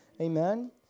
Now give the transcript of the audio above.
Amen